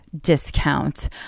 discount